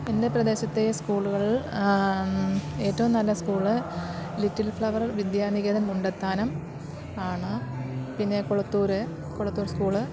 പിന്നെ പ്രദേശത്തെ സ്കൂള്കളിൽ ഏറ്റോം നല്ല school little flower Vidyaniketan Mundathanam ആണ് പിന്നെ കൊളത്തൂറ് കൊളത്തൂർ സ്കൂള്